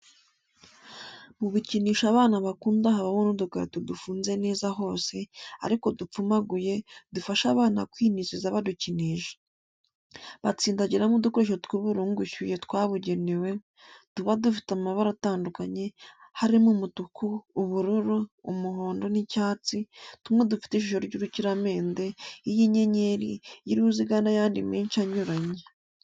Mu bikinisho abana bakunda habamo n'udukarito dufunze neza hose, ariko dupfumaguye, dufasha abana kwinezeza badukinisha. Batsindagiramo udukoresho twiburungushuye twabugenewe, tuba dufite amabara atandukanye, harimo: umutuku, ubururu, umuhondo n'icyatsi, tumwe dufite ishusho y'urukiramende, iy'inyenyeri, iy'uruziga n'ayandi menshi anyuranye.